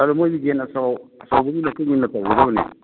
ꯑꯗꯨ ꯃꯣꯏꯗꯤ ꯌꯦꯟ ꯑꯆꯧꯕꯒꯤ ꯃꯇꯨꯡ ꯏꯟꯅ ꯇꯧꯒꯗꯕꯅꯤ